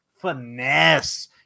Finesse